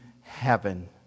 Heaven